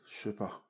Super